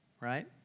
right